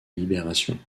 libération